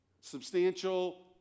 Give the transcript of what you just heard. Substantial